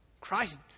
Christ